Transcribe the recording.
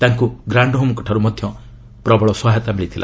ତାଙ୍କୁ ଗ୍ରାଣ୍ଡହୋମ୍ଙ୍କ ଠାରୁ ମଧ୍ୟ ସହାୟତା ମିଳିଥିଲା